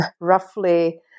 roughly